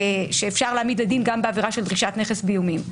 שאפשר להעמיד לדין גם בעבירה של דרישת נכס באיומים,